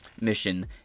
mission